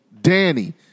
Danny